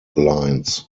lines